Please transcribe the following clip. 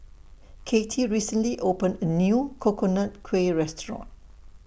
Cathey recently opened A New Coconut Kuih Restaurant